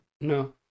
No